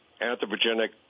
anthropogenic